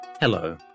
Hello